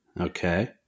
Okay